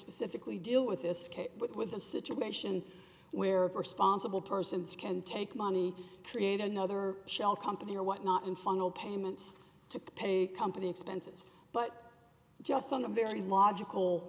specifically deal with this case with a situation where responsible persons can take money create another shell company or whatnot and funnel payments to pay company expenses but just on the very logical